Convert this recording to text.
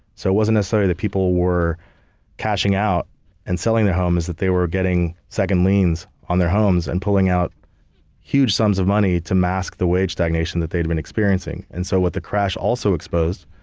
so wasn't necessarily the people were cashing out and selling their home, is that they were getting second liens on their homes and pulling out huge sums of money to mask the wage stagnation that they'd been experiencing. and so, what the crash also exposed,